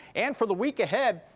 and for the week ahead,